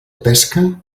pesca